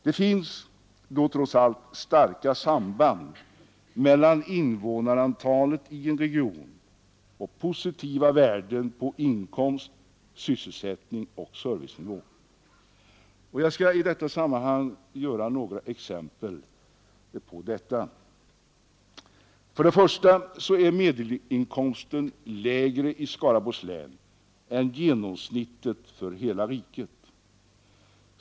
Det finns trots allt starka samband mellan invånarantalet i en region och positiva värden på inkomst, sysselsättning och servicenivå. Jag vill här ge några exempel på detta. Först och främst är medelinkomsten i Skaraborgs län lägre än genomsnittet för hela riket.